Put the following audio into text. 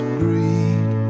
greed